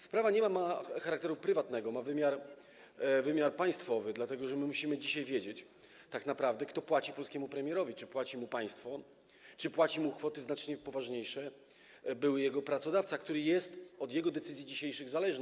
Sprawa nie ma charakteru prywatnego, ma wymiar państwowy, dlatego że musimy dzisiaj wiedzieć tak naprawdę, kto płaci polskiemu premierowi - czy płaci mu państwo, czy płaci mu kwoty znacznie poważniejsze były jego pracodawca, który jest od jego decyzji dzisiejszych zależny.